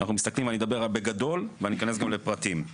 אני מדבר בגדול ואכנס גם לפרטים.